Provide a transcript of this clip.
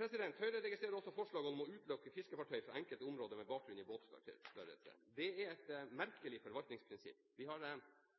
Høyre registrerer også forslaget om å utelukke fiskefartøyer fra enkelte områder med bakgrunn i båtstørrelse. Det er et merkelig forvaltningsprinsipp. Vi har